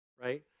right